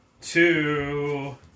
two